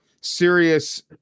serious